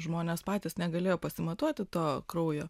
žmonės patys negalėjo pasimatuoti to kraujo